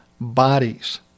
bodies